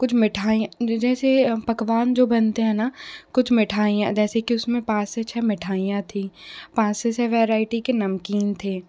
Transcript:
कुछ मिठाई जैसे पकवान जो बनते है ना कुछ मिठाइयाँ जैसे कि उसमें पाँच से छ मिठाइयां थी पाँच से छ वैरायटी के नमकीन थे